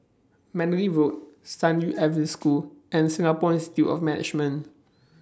Mandalay Road San Yu Adventist School and Singapore Institute of Management